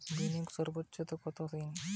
স্বল্প মেয়াদি বিনিয়োগ সর্বোচ্চ কত দিন?